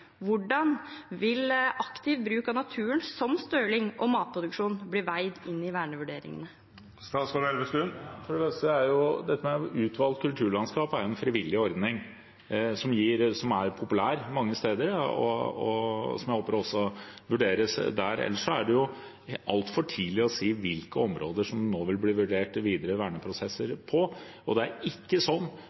Hvordan vil aktiv bruk av naturen, som «støling» og matproduksjon, bli veid inn i vernevurderingene? For det første: Dette med utvalgt kulturlandskap er en frivillig ordning som er populær mange steder, og som jeg håper også vurderes der. Ellers er det altfor tidlig å si nå i hvilke områder det vil bli vurdert videre verneprosesser. Det er ikke sånn